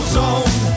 zone